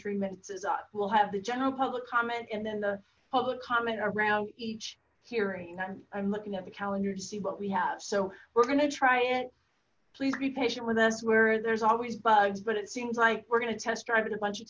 three minutes is up we'll have the general public comment and then the public comment around each hearing i'm looking at the calendar to see what we have so we're gonna try it please be patient with us where there's always bugs but it seems like we're gonna test drive it a bunch of